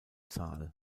zahl